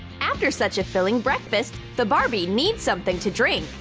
after such a filling breakfast, the barbies need something to drink.